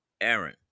Aaron